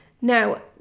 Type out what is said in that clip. Now